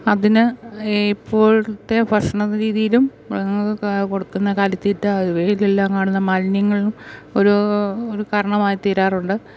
അതിന് ഇപ്പോളത്തെ ഭക്ഷണ രീതിയിലും മൃഗങ്ങൾക്ക് കൊടുക്കുന്ന കാലിതീറ്റ ഇവയിലെല്ലാം കാണുന്ന മാലിന്യങ്ങളും ഒരു ഒരു കാരണമായി തീരാറുണ്ട്